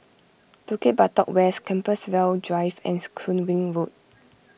Bukit Batok West Compassvale Drive and Soon Wing Road